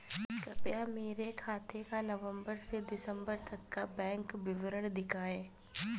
कृपया मेरे खाते का नवम्बर से दिसम्बर तक का बैंक विवरण दिखाएं?